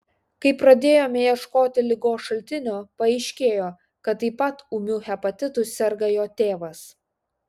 kai pradėjome ieškoti ligos šaltinio paaiškėjo kad taip pat ūmiu hepatitu serga jo tėvas